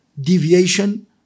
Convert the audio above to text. Deviation